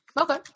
Okay